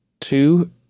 two